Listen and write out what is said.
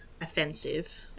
offensive